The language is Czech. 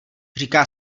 říká